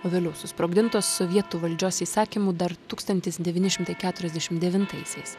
o vėliau susprogdintos sovietų valdžios įsakymu dar tūkstantis devyni šimtai keturiasdešimt devintaisiais